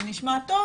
זה נשמע: טוב,